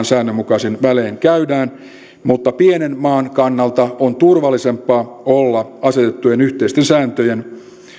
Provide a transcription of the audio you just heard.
säännönmukaisin välein käydään mutta pienen maan kannalta on turvallisempaa olla asetettujen yhteisten sääntöjen